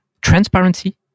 transparency